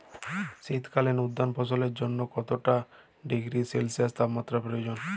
শীত কালীন উদ্যান ফসলের জন্য কত ডিগ্রী সেলসিয়াস তাপমাত্রা প্রয়োজন?